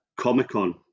Comic-Con